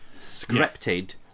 scripted